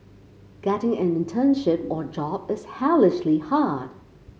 getting an internship or job is hellishly hard